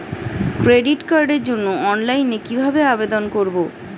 Credit কার্ডের জন্য অনলাইনে কিভাবে আবেদন করব?